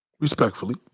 respectfully